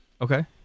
okay